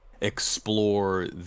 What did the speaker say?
explore